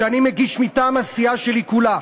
שאני מגיש מטעם הסיעה שלי כולה,